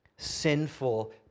Sinful